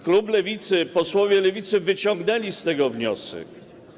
Klub Lewicy, posłowie Lewicy wyciągnęli z tego wniosek.